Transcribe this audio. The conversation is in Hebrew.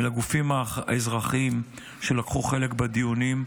לגופים האזרחיים שלקחו חלק בדיונים,